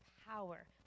power